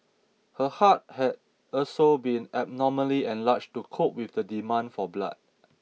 her heart had also been abnormally enlarged to cope with the demand for blood